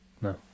No